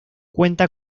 cuenta